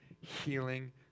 healing